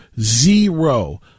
zero